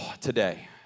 today